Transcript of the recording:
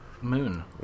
moon